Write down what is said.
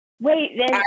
wait